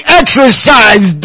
exercise